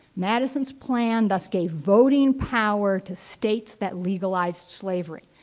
madison's plan thus gave voting power to states that legalized slavery.